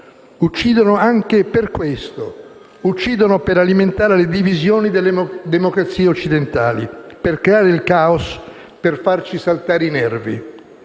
uccidono anche per questo, per alimentare le divisioni nelle democrazie occidentali, per creare il *caos*, per farci saltare i nervi.